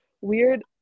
weird